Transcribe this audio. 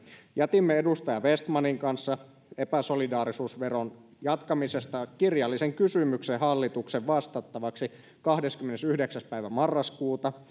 jätimme edustaja vestmanin kanssa epäsolidaarisuusveron jatkamisesta kirjallisen kysymyksen hallituksen vastattavaksi kahdeskymmenesyhdeksäs päivä marraskuuta